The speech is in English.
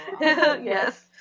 Yes